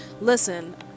listen